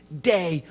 day